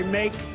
make